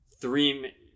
three